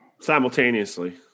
Simultaneously